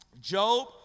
Job